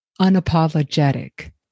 unapologetic